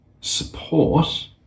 support